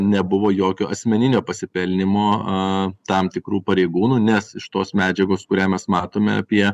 nebuvo jokio asmeninio pasipelnymo a tam tikrų pareigūnų nes iš tos medžiagos kurią mes matome apie